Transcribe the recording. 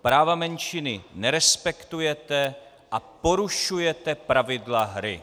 Práva menšiny nerespektujete a porušujete pravidla hry.